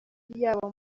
yaba